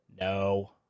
No